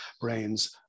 brains